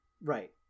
right